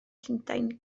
llundain